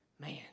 Man